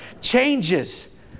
changes